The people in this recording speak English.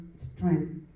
strength